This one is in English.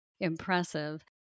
impressive